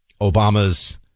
Obama's